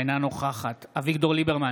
אינה נוכחת אביגדור ליברמן,